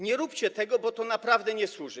Nie róbcie tego, bo to naprawdę nie służy.